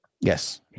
Yes